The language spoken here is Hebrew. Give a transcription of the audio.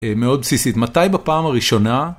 מאוד בסיסית, מתי בפעם הראשונה...